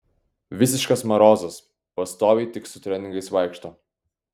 visiškas marozas pastoviai tik su treningais vaikšto